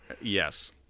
Yes